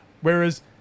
Whereas